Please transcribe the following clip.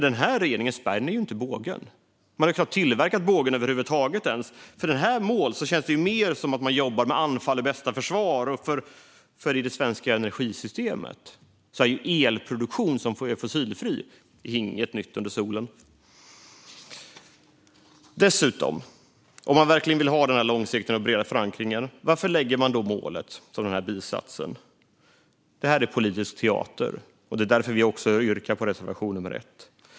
Den här regeringen spänner ingen båge; man har knappt tillverkat den ens. Med ett sådant mål känns det mer som att man jobbar med att anfall är bästa försvar, för i det svenska energisystemet är fossilfri elproduktion inget nytt under solen. Dessutom, om man verkligen vill ha långsiktighet och bred förankring, varför lägger man då målet i en bisats? Detta är politisk teater, och det är också därför vi yrkar bifall till reservation 1.